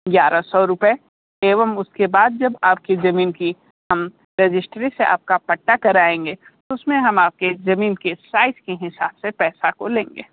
ग्यारह सौ रुपए एवं उसके बाद जब आपकी ज़मीन की हम रजिस्ट्री से आपका पट्टा कराएंगे उसमें हम आपके ज़मीन के साइज़ के हिसाब से पैसा को लेंगे